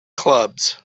clubs